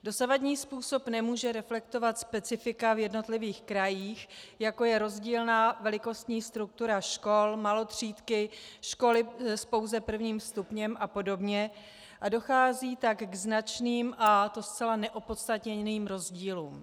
Dosavadní způsob nemůže reflektovat specifika v jednotlivých krajích, jako je rozdílná velikostní struktura škol, malotřídky, školy pouze s prvním stupněm a podobně, a dochází tak ke značným, a to zcela neopodstatněným, rozdílům.